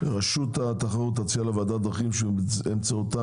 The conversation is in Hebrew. רשות התחרות תציע לוועדה דרכים באמצעותן